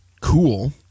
cool